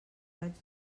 raig